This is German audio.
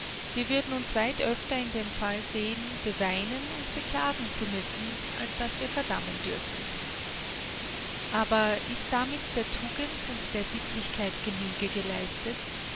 wir würden uns weit öfter in dem fall sehen beweinen und beklagen zu müssen als daß wir verdammen dürfen aber ist damit der tugend und der sittlichkeit genüge geleistet